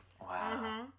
Wow